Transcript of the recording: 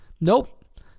Nope